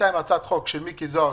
ובינתיים הצעת החוק של מיקי זוהר,